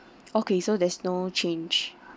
okay so there's no change